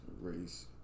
race